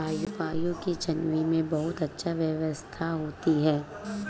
सिपाहियों की छावनी में बहुत अच्छी व्यवस्था होती है